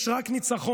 יש רק ניצחון.